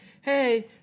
hey